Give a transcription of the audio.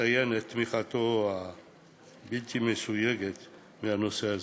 לציין את תמיכתו הבלתי-מסויגת בנושא הזה.